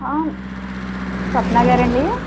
స్వప్నా గార అండి